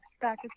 back